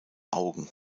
augen